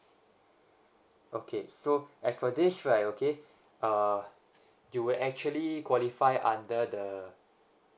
okay so as for this right okay uh you will actually qualify under the